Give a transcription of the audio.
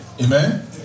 Amen